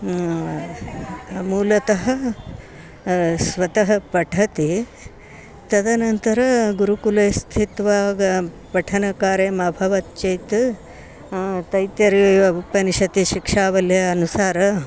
मूलतः स्वतः पठति तदनन्तरं गुरुकुले स्थित्वा गा पठनकार्यम् अभवत् चेत् तैत्तिरीय उपनिषदि शिक्षावल्या अनुसारं